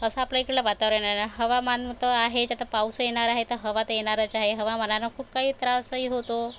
असं आपल्या इकडलं वातावरण आहे ना हवामान तर आहेच आता पाऊस येणार आहे तर हवा तर येणारच आहे हवामानानं खूप काही त्रासही होतो